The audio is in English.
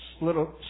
little